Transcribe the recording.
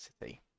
city